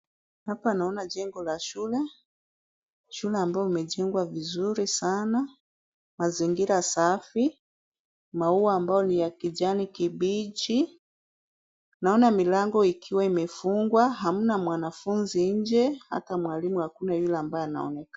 Hapa naona jengo la shule, shule ambayo imejengwa vizuri sana, mazingira safi, maua ambayo ni ya kijani kibichi. Naona milango ikiwa imefungwa, hamna mwanafunzi nje, hata mwalimu hakuna yule ambaye anaonekana.